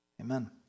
Amen